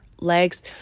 legs